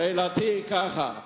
שאלתי היא ככה: